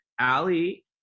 Ali